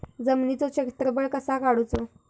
जमिनीचो क्षेत्रफळ कसा काढुचा?